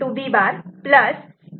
B B'